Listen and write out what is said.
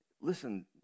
Listen